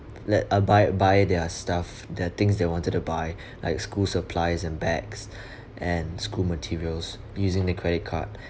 let uh buy buy their stuff the things they wanted to buy like school supplies and bag and school materials using the credit card